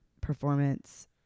performance